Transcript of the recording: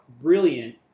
brilliant